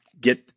get